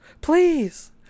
Please